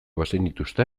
bazenituzte